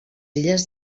illes